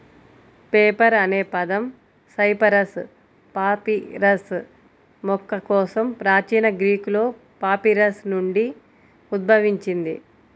paper అనే పదం Cyperus papyrus మొక్క కోసం ప్రాచీన గ్రీకులో పాపిరస్ నుండి ఉద్భవించింది